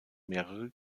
mehrere